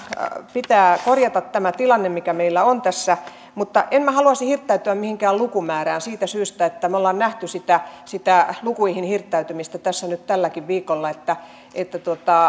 pitää korjata tämä tilanne mikä meillä on tässä mutta en haluaisi hirttäytyä mihinkään lukumäärään siitä syystä että me olemme nähneet sitä sitä lukuihin hirttäytymistä tässä nyt tälläkin viikolla